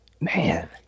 Man